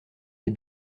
des